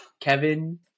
Kevin